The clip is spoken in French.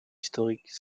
historique